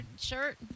shirt